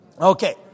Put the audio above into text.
okay